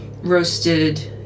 roasted